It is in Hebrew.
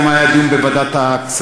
היום היה דיון בוועדת הכספים,